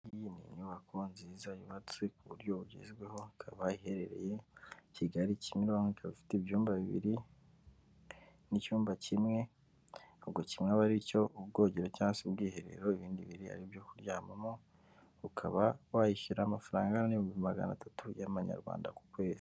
Iyi ni inyubako nziza yubatse ku buryo bugezweho, ikaba iherereye Kigali Kimironko, ikaba ifite ibyumba bibiri n'icyumba kimwe, ubwo kimwe aba ari icy'ubwogero cyangwa se ubwiherero, ibindi bibiri ari ibyo kuryamamo, ukaba wayishyura amafaranga angana n'ibihumbi magana atatu y'amanyarwanda ku kwezi.